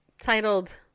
titled